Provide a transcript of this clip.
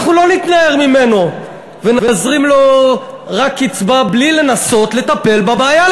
אנחנו לא נתנער ממנו ונזרים לו רק קצבה בלי לנסות לטפל בבעיה,